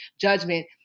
judgment